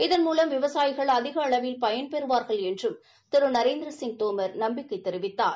இதன்மூலம் விவசாயிகள் அதிக அளவில் பயன்பெறுவாா்கள் என்றும் திரு நேரந்திரசிங் தோமா் நம்பிக்கை தெரிவித்தார்